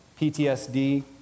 PTSD